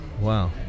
Wow